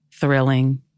thrilling